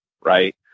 right